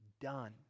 done